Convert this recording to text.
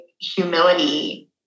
humility